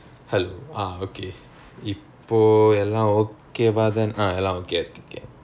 hello ah okay இப்போ எல்லாம்:ippo ellaam okay வா தான்:vaa than ah எல்லாம்:ellaam okay ah இருக்கு:irukku